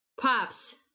Pops